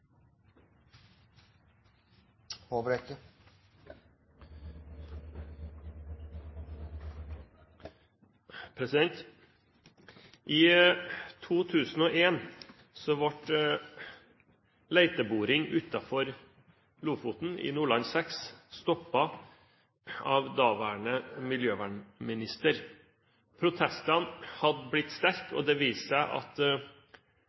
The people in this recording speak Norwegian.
I 2001 ble leteboring utenfor Lofoten i Nordland VI stoppet av daværende miljøvernminister. Protestene hadde blitt sterke. Det viste seg at